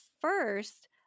first